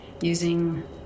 using